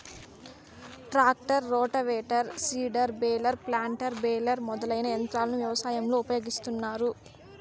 tractor, rotavator, seeder, baler, planter, baler మొదలైన యంత్రాలను వ్యవసాయంలో ఉపయోగిస్తాన్నారు